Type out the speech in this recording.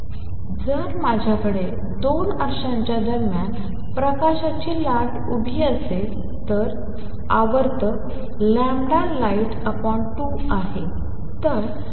म्हणून जर माझ्याकडे 2 आरशांच्या दरम्यान प्रकाशाची लाट उभी असेल तर आवर्त light2आहे